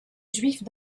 juifs